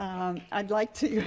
i'd like to